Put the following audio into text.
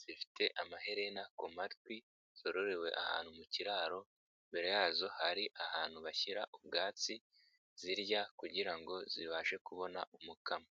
zifite amaherena ku matwi zororewe ahantu mu kiraro, imbere yazo hari ahantu bashyira ubwatsi zirya kugira ngo zibashe kubona umukamo.